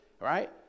right